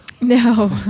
No